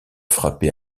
frappé